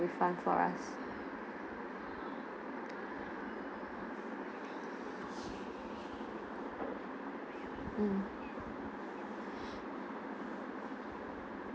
refund for us mm